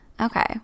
Okay